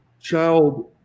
child